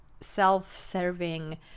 self-serving